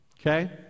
Okay